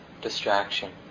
distraction